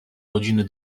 godziny